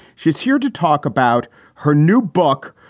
she is here to talk about her new book,